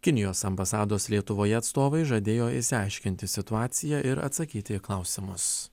kinijos ambasados lietuvoje atstovai žadėjo išsiaiškinti situaciją ir atsakyti į klausimus